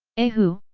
a hu,